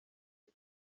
ibi